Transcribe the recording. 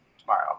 tomorrow